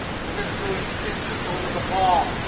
we're gonna do extensions over the ball.